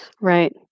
Right